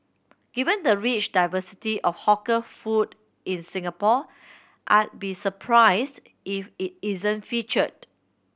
given the rich diversity of hawker food in Singapore I be surprised if it isn't featured